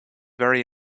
very